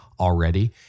already